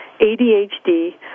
ADHD